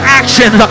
action